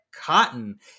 Cotton